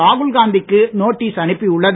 ராகுல்காந்திக்கு நோட்டீஸ் அனுப்பியுள்ளது